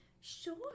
Sure